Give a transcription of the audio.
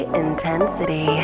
intensity